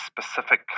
specific